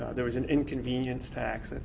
there was an inconvenience tax.